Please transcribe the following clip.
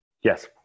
Yes